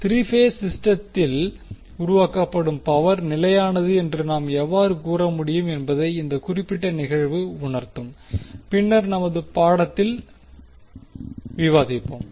3 phase சிஸ்டத்திலிருந்து உருவாக்கப்படும் power நிலையானது என்று நாம் எவ்வாறு கூற முடியும் என்பதை இந்த குறிப்பிட்ட நிகழ்வு உணர்த்தும் பின்னர் நமது பாடத்தில் விவாதிப்போம்